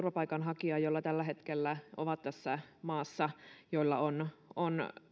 turvapaikanhakijaa jotka tällä hetkellä ovat tässä maassa ja joilla on on